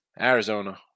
Arizona